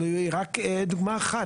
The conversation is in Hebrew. אבל היא רק דוגמה אחת.